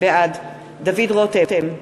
בעד דוד רותם,